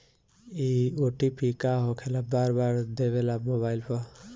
इ ओ.टी.पी का होकेला बार बार देवेला मोबाइल पर?